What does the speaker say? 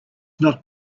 not